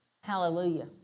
Hallelujah